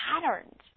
patterns